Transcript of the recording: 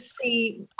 see